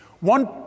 One